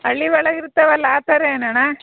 ಅಲ್ಲಿ ಒಳಗಿರ್ತಾವಲ್ಲ ಆ ಥರ ಏನಣ್ಣ